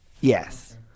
Yes